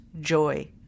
joy